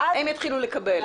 הם יתחילו לקבל.